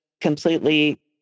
completely